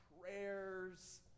prayers